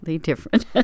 different